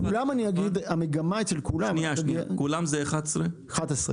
כולן זה 11 רשויות?